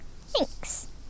Thanks